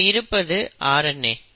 இங்கே இருப்பது RNA